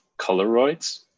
coloroids